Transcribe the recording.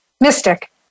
mystic